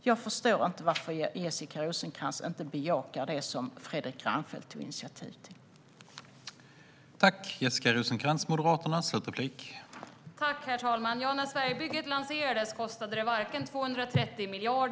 Jag förstår inte varför Jessica Rosencrantz inte bejakar det som Fredrik Reinfeldt tog initiativ till.